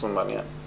נתון מעניין.